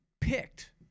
picked